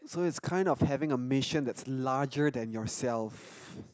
so is kind of having a mission that's larger than yourself